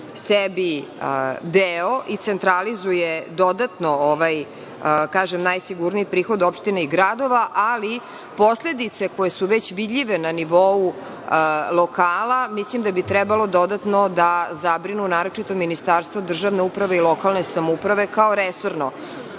sebi deo i centralizuje dodatno ovaj, kažem, najsigurniji prihod opština i gradova, ali posledice, koje su već vidljive na nivou lokala, mislim da bi trebalo dodatno da zabrinu, naročito Ministarstvo državne uprave i lokalne samouprave, kao resorno.U